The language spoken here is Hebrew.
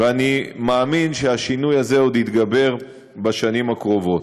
ואני מאמין שהשינוי הזה עוד יתגבר בשנים הקרובות.